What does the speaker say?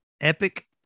epic